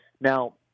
Now